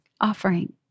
offering